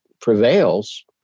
prevails